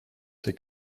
c’est